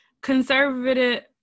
conservative